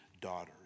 daughters